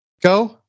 Go